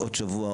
עוד שבוע,